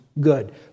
good